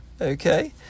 Okay